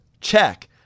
check